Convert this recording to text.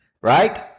right